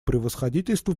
превосходительству